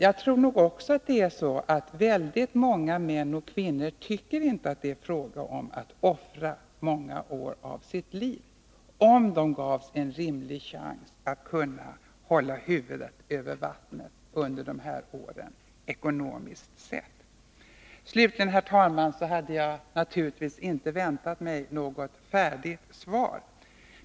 Jag tror också att det är så, att väldigt många män och kvinnor inte skulle tycka att det är fråga om att offra många år av sitt liv, ifall de gavs en rimlig chans att hålla huvudet över vattnet under de här åren ekonomiskt sett. Slutligen, herr talman, vill jag säga att jag naturligtvis inte hade väntat mig något färdigt svar.